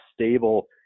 stable